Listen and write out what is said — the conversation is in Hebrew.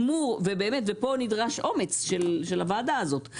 ופה נדרש באמת אומץ של הוועדה הזאת.